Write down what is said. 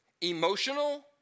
emotional